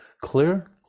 clear